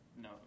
No